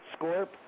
Scorp